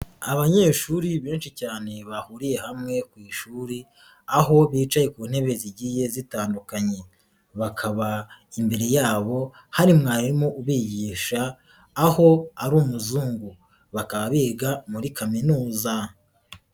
Abanyeshuri benshi cyane bahuriye hamwe ku ishuri, aho bicaye ku ntebe zigiye zitandukanye, bakaba imbere yabo hari mwarimu ubigisha aho ari umuzungu, bakaba biga muri kaminuza.